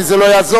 כי זה לא יעזור,